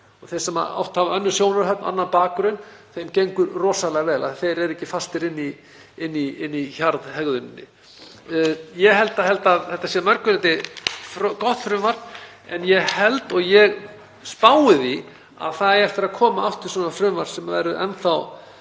Þeim sem hafa annað sjónarhorn, annan bakgrunn, gengur rosalega vel af því að þeir eru ekki fastir í hjarðhegðuninni. Ég held að þetta sé að mörgu leyti gott frumvarp en ég held og ég spái því að það eigi eftir að koma aftur fram svona frumvarp sem verður enn þá